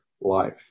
life